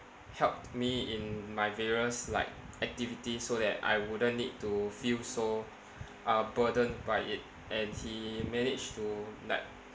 helped me in my various like activity so that I wouldn't need to feel so uh burdened by it and he managed to like